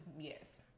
Yes